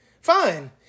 Fine